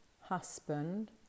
husband